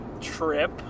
trip